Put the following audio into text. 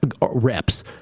reps